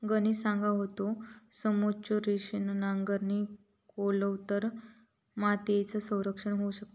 गणेश सांगा होतो, समोच्च रेषेन नांगरणी केलव तर मातीयेचा संरक्षण होऊ शकता